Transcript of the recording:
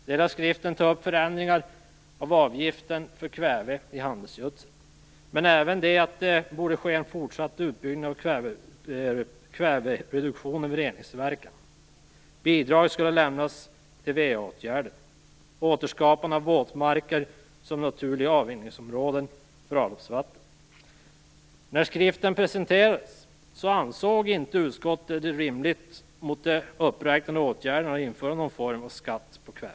I delar av skriften tar man upp förändringar av avgiften för kväve i handelsgödsel, men man tar även upp att det borde ske en fortsatt utbyggnad av kvävereduktion vid reningsverken. Bidrag skulle lämnas till VA-åtgärder och man skulle kunna återskapa våtmarker som naturliga avrinningsområden för avloppsvatten. När skriften presenterades ansåg inte utskottet att det i och med de uppräknade åtgärderna var rimligt att införa någon form av skatt på kväve.